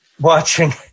Watching